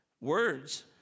Words